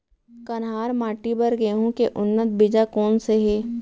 कन्हार माटी बर गेहूँ के उन्नत बीजा कोन से हे?